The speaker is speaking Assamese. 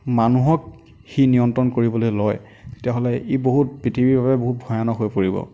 মানুহক সি নিয়ন্ত্ৰণ কৰিবলৈ লয় তেতিয়াহ'লে ই বহুত পৃথিৱীৰ বাবে বহুত ভয়ানক হৈ পৰিব